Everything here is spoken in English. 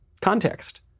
context